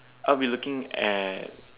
I'll be looking at